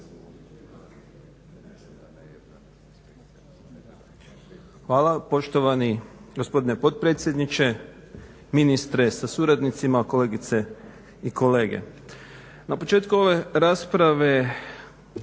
Hvala poštovani gospodine potpredsjedniče, ministre sa suradnicima, kolegice i kolege. Na početku ove rasprave